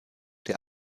der